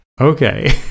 okay